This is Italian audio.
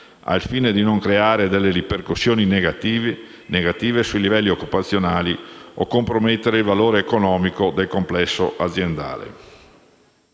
al fine di non creare delle ripercussioni negative sui livelli occupazionali o compromettere il valore economico del complesso aziendale.